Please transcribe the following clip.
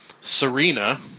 Serena